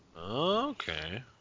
Okay